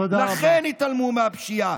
לכן התעלמו מהפשיעה.